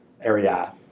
area